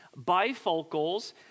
bifocals